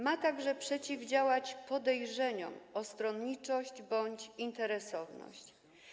Ma także przeciwdziałać podejrzeniom o stronniczość bądź interesowność.